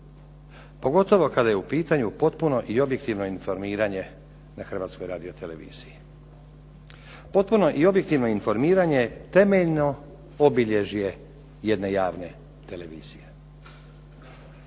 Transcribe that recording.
Pogotovo kada je u pitanju potpuno i objektivno informiranje na Hrvatskoj radioteleviziji. Potpuno i objektivno informiranje je temeljno obilježje jedne javne televizije.